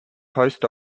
post